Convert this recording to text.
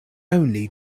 only